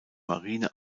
marine